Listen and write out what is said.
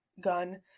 gun